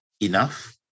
enough